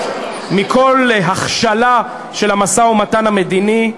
מכל הכשלה של המשא-ומתן המדיני,